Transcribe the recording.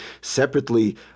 separately